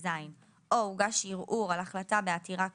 26כז או הוגש ערעור על החלטה בעתירה כאמור,